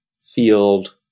field